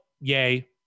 yay